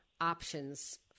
options